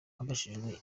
abajijwe